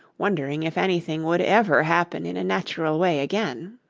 wondering if anything would ever happen in a natural way again.